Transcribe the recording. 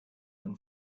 own